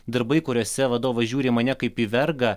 darbai kuriuose vadovas žiūri į mane kaip į vergą